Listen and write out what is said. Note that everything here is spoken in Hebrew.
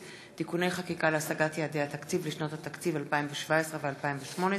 (תיקוני חקיקה להשגת יעדי התקציב לשנות 2017 ו-2018),